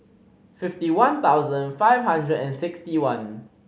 fifty one thousand five hundred and sixty one